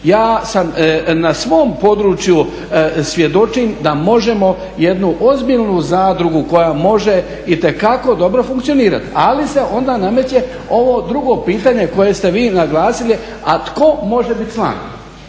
Ja sam na svom području svjedočim da možemo jednu ozbiljnu zadrugu koja može itekako dobro funkcionirati, ali se onda nameće ovo drugo pitanje koje ste vi naglasili a tko može biti član.